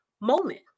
moment